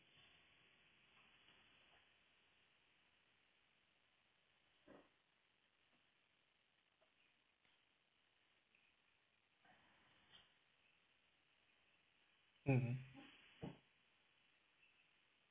mmhmm